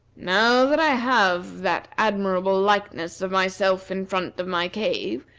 now that i have that admirable likeness of myself in front of my cave,